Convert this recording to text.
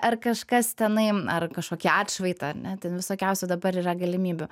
ar kažkas tenai ar kažkokį atšvaitą ar ne ten visokiausių dabar yra galimybių